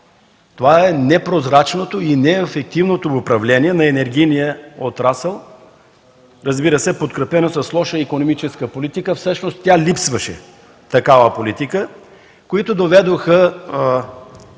Това е непрозрачното и неефективно управление на енергийния отрасъл, разбира се, подкрепено с лоша икономическа политика. Всъщност, такава политика липсваше.